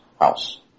house